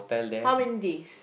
how many days